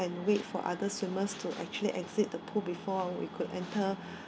and wait for other swimmers to actually exit the pool before we could enter